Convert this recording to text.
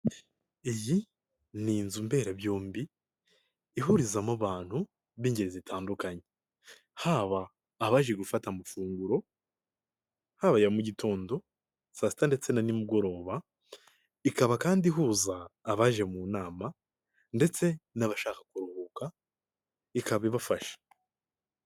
Iyi ni inzu mberabyombi ihurizamo abantu b'ingeri zitandukanye, haba abaje gufata amafunguro, haba aya mu gitondo saa sita ndetse na nimugoroba, ikaba kandi ihuza abaje mu nama ndetse n'abashaka kuruhuka ikaba ibafasha.